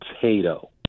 potato